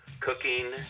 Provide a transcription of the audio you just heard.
cooking